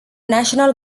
national